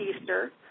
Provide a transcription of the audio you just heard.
Easter